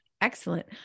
Excellent